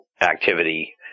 activity